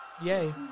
yay